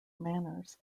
manors